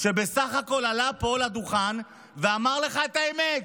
שבסך הכול עלה לפה לדוכן ואמר לך את האמת,